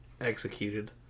executed